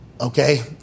Okay